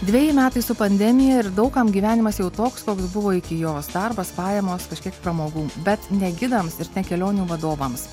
dveji metai su pandemija ir daug kam gyvenimas jau toks koks buvo iki jos darbas pajamos kažkiek pramogų bet ne gidams ir kelionių vadovams